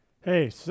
Hey